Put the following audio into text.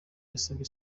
yasabye